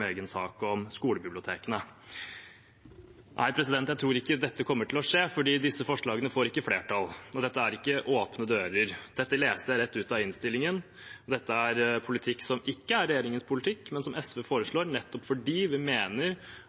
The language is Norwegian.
med egen sak om skolebibliotekene. Jeg tror ikke dette kommer til å skje, for disse forslagene får ikke flertall. Dette er ikke å slå inn åpne dører, dette leste jeg rett ut av innstillingen. Det er ikke regjeringens politikk, men noe SV foreslår, nettopp fordi vi mener